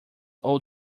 old